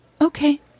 Okay